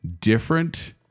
different